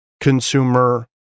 consumer